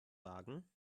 wagen